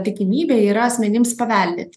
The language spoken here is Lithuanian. tikimybė yra asmenims paveldėti